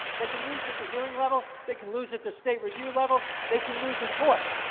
they can lose at the hearing level. they can lose at the state review level. they can lose in court.